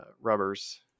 rubbers